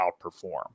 outperform